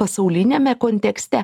pasauliniame kontekste